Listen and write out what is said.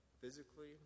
physically